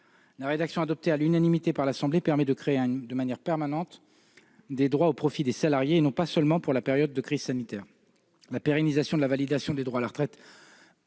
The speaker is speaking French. La rédaction adoptée à l'unanimité par l'Assemblée nationale permet de créer de manière permanente des droits au profit des salariés, et non pas seulement pour la période de crise sanitaire. La pérennisation de la validation des droits à la retraite au titre de